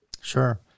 Sure